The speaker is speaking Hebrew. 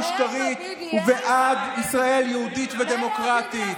המשטרית ובעד ישראל יהודית ודמוקרטית.